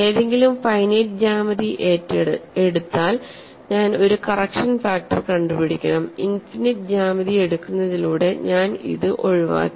ഏതെങ്കിലും ഫൈനൈറ്റ് ജ്യാമിതി എടുത്താൽ ഞാൻ ഒരു കറക്ഷൻ ഫാക്ടർ കണ്ടുപിടിക്കണം ഇനിഫിനിറ്റ് ജ്യാമിതി എടുക്കുന്നതിലൂടെ ഞാൻ ഇത് ഒഴിവാക്കി